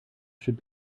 should